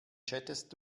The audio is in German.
chattest